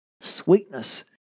Sweetness